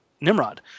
Nimrod